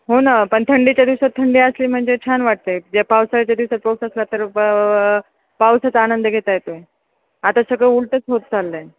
हो ना पण थंडीच्या दिवसात थंडी असली म्हणजे छान वाटत आहे ज्या पावसाळ्याच्या दिवसात पाऊस असला तर प पावसाचा आनंद घेता येतो आहे आता सगळं उलटंच होत चाललं आहे